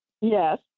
Yes